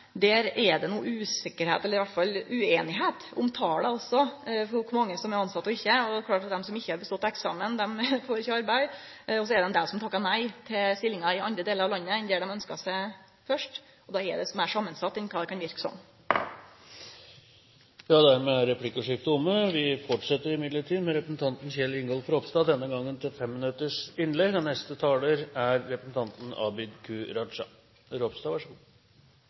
no usikkerheit, eller iallfall ueinigheit om tala på kor mange som er tilsette og ikkje. Det er klart at dei som ikkje har stått til eksamen, får ikkje arbeid, og så er det òg dei som takkar nei til stillingar i andre delar av landet enn der dei ønskte seg først. Då er det meir samansett enn kva det kan verke som. Dermed er replikkordskiftet omme. Den 22. juli ble nasjonen og demokratiet angrepet. 77 mennesker, mange av dem unge mennesker som hadde store drømmer og